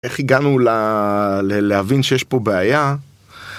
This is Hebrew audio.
איך הגענו להבין שיש פה בעיה.